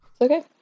Okay